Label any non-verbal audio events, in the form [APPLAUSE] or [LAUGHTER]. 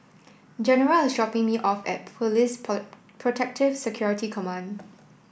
General is dropping me off at Police [UNINTELLIGIBLE] Protective Security Command